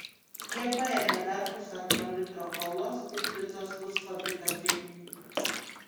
jie paėmė dar pusantro litro kolos ir picos pusfabrikatį